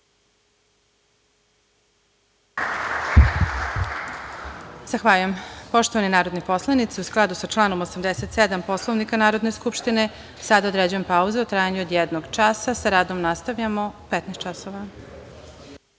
Zahvaljujem. Poštovani narodni poslanici, u skladu sa članom 87. Poslovnika Narodne skupštine, sada određujem pauzu u trajanju od jednog časa i sa radom nastavljamo u 15.00